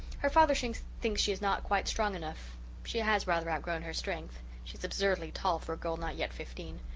her father thinks thinks she is not quite strong enough she has rather outgrown her strength she's really absurdly tall for a girl not yet fifteen.